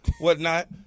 whatnot